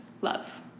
Love